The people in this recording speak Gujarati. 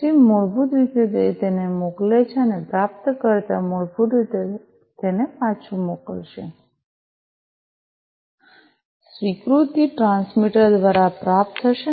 પછી મૂળભૂત રીતે તે તેને મોકલે છે અને પ્રાપ્તકર્તા મૂળભૂત રીતે તેને પાછું મોકલશે સ્વીકૃતિ ટ્રાન્સમીટર દ્વારા પ્રાપ્ત થશે